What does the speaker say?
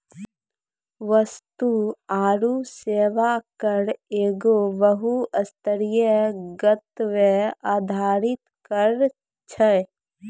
वस्तु आरु सेवा कर एगो बहु स्तरीय, गंतव्य आधारित कर छै